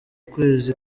ukwezi